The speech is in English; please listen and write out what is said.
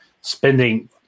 spending